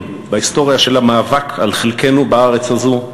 בהיסטוריה של המאבק על חלקנו בארץ הזאת,